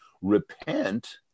Repent